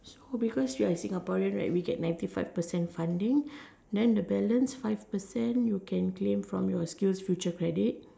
so because you're Singaporean right we get ninety five percent funding then the balance five percent you can claim from your skills future credit